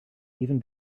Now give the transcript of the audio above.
even